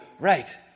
right